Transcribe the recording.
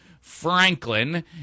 Franklin